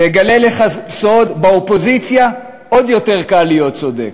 ואגלה לך סוד: באופוזיציה עוד יותר קל להיות צודק.